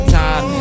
time